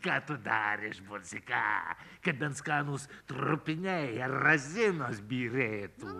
ką tu dar išbursi ką kad bent skanūs trupiniai ar razinos byrėtų